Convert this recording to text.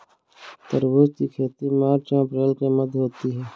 तरबूज की खेती मार्च एंव अप्रैल के मध्य होती है